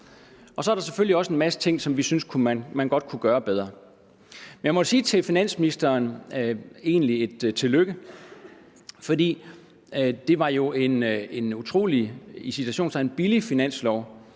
Så er der selvfølgelig også en masse ting, som vi synes man godt kunne gøre bedre. Men jeg må egentlig sige et tillykke til finansministeren, for det var jo en utrolig – i citationstegn – billig finanslovaftale,